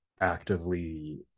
actively